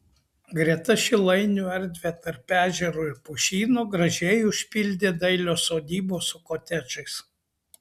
greta šilainių erdvę tarp ežero ir pušyno gražiai užpildė dailios sodybos su kotedžais